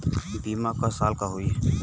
बीमा क साल क होई?